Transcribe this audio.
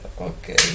okay